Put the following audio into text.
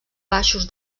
baixos